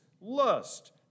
lust